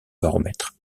baromètre